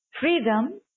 Freedom